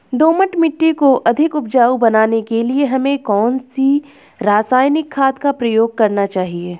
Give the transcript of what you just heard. दोमट मिट्टी को अधिक उपजाऊ बनाने के लिए हमें कौन सी रासायनिक खाद का प्रयोग करना चाहिए?